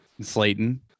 Slayton